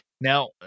Now